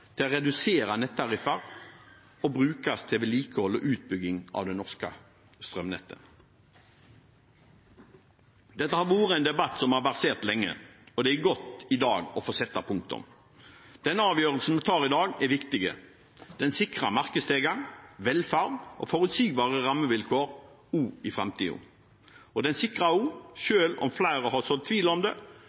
til å redusere nettariffer og brukes til vedlikehold og utbygging av det norske strømnettet. Dette har vært en debatt som har versert lenge, og det er godt i dag å få sette punktum. Den avgjørelsen vi tar i dag, er viktig. Den sikrer markedstilgang, velferd og forutsigbare rammevilkår også i framtiden. Den sikrer også – selv om flere har sådd tvil om det – nasjonal kontroll med og råderett over våre naturressurser. Det